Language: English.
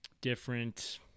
different